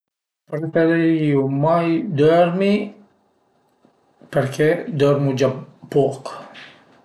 Preferirìu mai dörmi perché dörmu già poch